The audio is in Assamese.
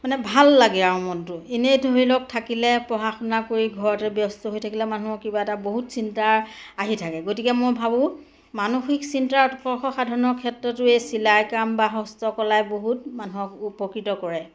মানে ভাল লাগে আৰু মনটো এনেই ধৰি লওক থাকিলে পঢ়া শুনা কৰি ঘৰতে ব্যস্ত হৈ থাকিলে মানুহক কিবা এটা বহুত চিন্তা আহি থাকে গতিকে মই ভাবোঁ মানসিক চিন্তা উৎকৰ্ষ সাধনৰ ক্ষেত্ৰতো এই চিলাই কাম বা হস্ত কলাই বহুত মানুহক উপকৃত কৰে